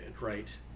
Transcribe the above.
Right